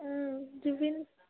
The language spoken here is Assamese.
জুবিন